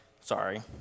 Sorry